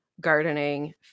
gardening